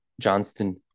Johnston